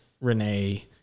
Renee